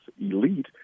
Elite